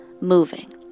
moving